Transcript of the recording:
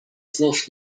znów